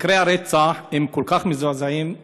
מקרי הרצח הם כל כך מזעזעים,